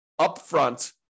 upfront